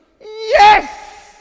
Yes